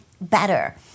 better